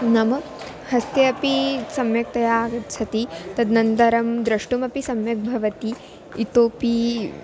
नाम हस्ते अपि सम्यक्तया आगच्छति तदनन्तरं द्रष्टुमपि सम्यक् भवति इतोपि